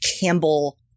Campbell